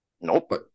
Nope